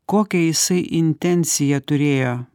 kokią jisai intenciją turėjo